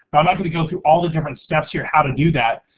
i'm not gonna go through all the different steps here how to do that,